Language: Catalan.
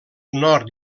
nord